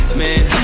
man